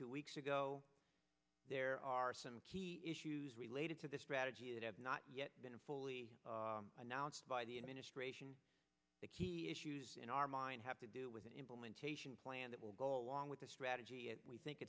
two weeks ago there are some key issues related to this strategy that have not yet been fully announced by the administration the key issues in our mind have to do with an implementation plan that will go along with the strategy and we think